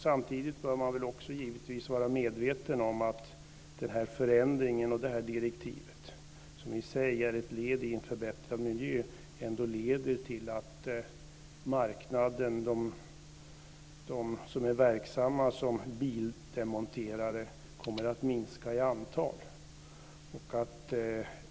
Samtidigt bör man givetvis vara medveten om att den här förändringen och det här direktivet, som i sig är ett led i en förbättrad miljö, leder till att de som är verksamma som bildemonterare kommer att minska i antal.